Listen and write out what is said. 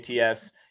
ATS